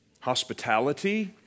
Hospitality